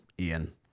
Ian